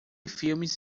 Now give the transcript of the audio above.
filmes